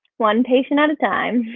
one patient at a time.